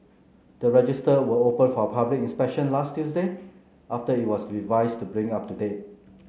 the register were opened for public inspection last Tuesday after it was revised to bring up to date